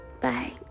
Bye